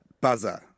buzzer